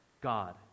God